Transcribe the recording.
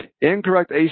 Incorrect